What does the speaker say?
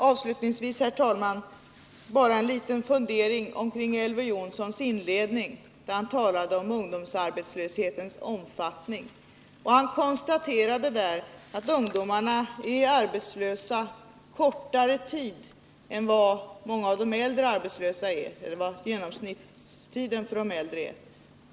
Avslutningsvis, herr talman, bara en liten fundering kring Elver Jonssons inledning, där han talade om ungdomsarbetslöshetens omfattning. Han konstaterade där att ungdomarna i genomsnitt är arbetslösa kortare tid än de äldre.